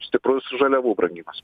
stiprus žaliavų brangimas